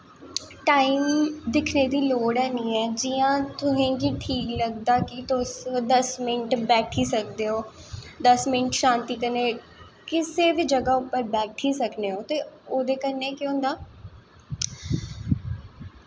time दिक्खने दी लोड़ ऐनी ऐ जि'यां तुसें गी ठीक लगदा कि तुस दस मिन्ट बैठी सकदे ओ दस मिन्ट शांति कन्नै किसे बी जगह् उप्पर बैठी सकने आं ते ओह्दे कन्नै केह् होंदा